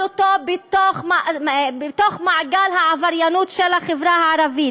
אותו בתוך מעגל העבריינות בחברה הערבית.